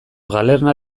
galerna